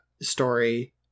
story